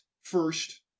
first